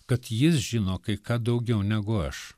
kad jis žino kai ką daugiau negu aš